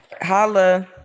Holla